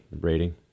rating